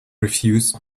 refused